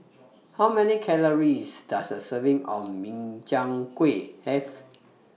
How Many Calories Does A Serving of Min Chiang Kueh Have